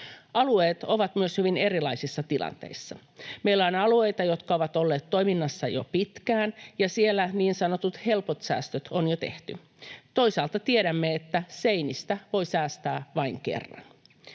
Alueet ovat myös hyvin erilaisissa tilanteissa. Meillä on alueita, jotka ovat olleet toiminnassa jo pitkään, ja siellä niin sanotut helpot säästöt on jo tehty. Toisaalta tiedämme, että seinistä voi säästää vain kerran.